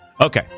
Okay